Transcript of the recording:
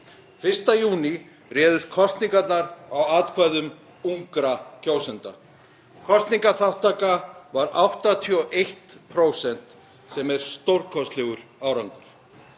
1. júní réðust kosningarnar á atkvæðum ungra kjósenda. Kosningaþátttaka var 81% sem er stórkostlegur árangur.